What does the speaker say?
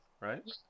right